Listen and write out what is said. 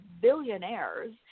billionaires